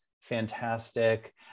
fantastic